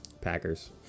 Packers